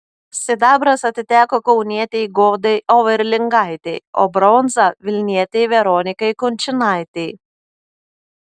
sidabras atiteko kaunietei godai overlingaitei o bronza vilnietei veronikai kunčinaitei